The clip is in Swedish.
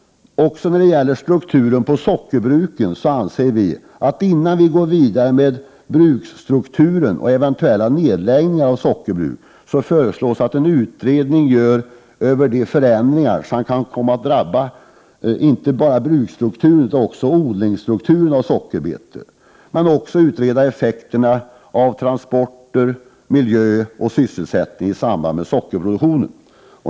Också när det gäller strukturen på sockerbruken anser vi att vi, innan vi går vidare och diskuterar bruksstrukturen och eventuella nedläggningar av Prot. 1988/89:127 sockerbruk, skall utreda hur förändringar kan drabba inte bara bruksstruktu 2 juni 1989 ren utan också odlingsstrukturen när det gäller sockerbetor. Vi bör också utreda effekterna av transporter, miljö och sysselsättning i samband med sockerproduktionen.